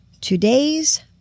today's